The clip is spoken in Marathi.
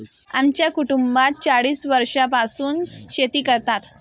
आमच्या कुटुंबात चाळीस वर्षांपासून शेती करतात